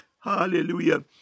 Hallelujah